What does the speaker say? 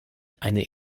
eine